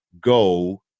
go